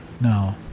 No